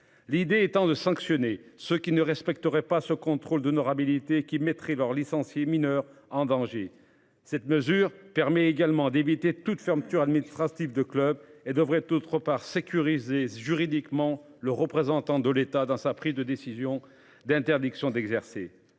L'idée étant de sanctionner ceux qui ne respecteraient pas ce contrôle d'honorabilité qui mettraient leur licenciés mineur en danger. Cette mesure permet également d'éviter toute fermeture administrative de clubs et devrait d'autre part sécuriser juridiquement le représentant de l'État dans sa prise de décisions d'interdiction d'exercer.